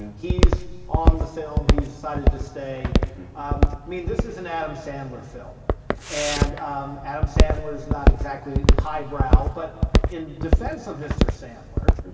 he is on the film. he decided to stay. i um mean, this is an adam sandler film and adam sandler is not exactly high brow but in defense of mr. sandler,